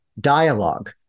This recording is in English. dialogue